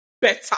better